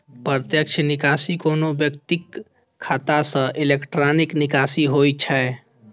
प्रत्यक्ष निकासी कोनो व्यक्तिक खाता सं इलेक्ट्रॉनिक निकासी होइ छै